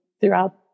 throughout